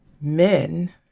men